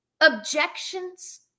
objections